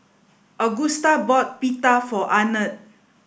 Agusta bought Pita for Arnett